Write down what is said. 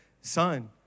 son